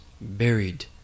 buried